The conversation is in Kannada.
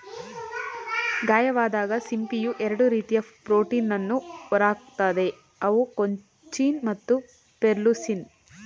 ಗಾಯವಾದಾಗ ಸಿಂಪಿಯು ಎರಡು ರೀತಿಯ ಪ್ರೋಟೀನನ್ನು ಹೊರಹಾಕ್ತದೆ ಅವು ಕೊಂಚಿನ್ ಮತ್ತು ಪೆರ್ಲುಸಿನ್